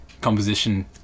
composition